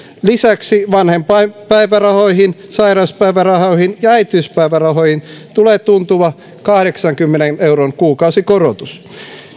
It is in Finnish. lisäksi vanhempainpäivärahoihin sairauspäivärahoihin ja äitiyspäivärahoihin tulee tuntuva kahdeksankymmenen euron kuukausikorotus